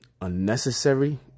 Unnecessary